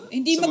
hindi